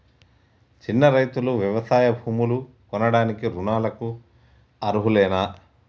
చిన్న రైతులు వ్యవసాయ భూములు కొనడానికి రుణాలకు అర్హులేనా?